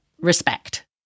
respect